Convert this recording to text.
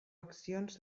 accions